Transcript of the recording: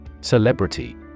Celebrity